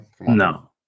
No